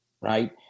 right